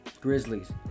Grizzlies